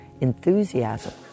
enthusiasm